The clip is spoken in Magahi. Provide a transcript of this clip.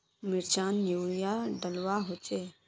मिर्चान यूरिया डलुआ होचे?